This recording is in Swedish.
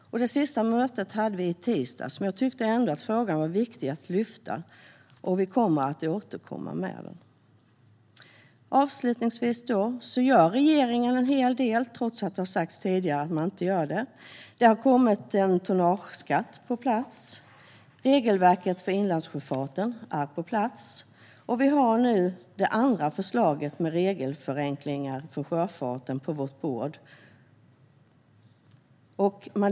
Det senaste mötet hade vi i tisdags, men jag tyckte ändå att frågan var viktig att lyfta fram. Vi kommer att återkomma om detta. Regeringen gör alltså en hel del, trots att tidigare talare har sagt att den inte gör det. En tonnageskatt och regelverket för inlandssjöfarten har kommit på plats, och vi har nu ett andra förslag med regelförenklingar för sjöfarten på vårt bord.